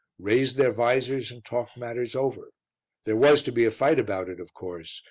raised their vizors and talked matters over there was to be a fight about it, of course,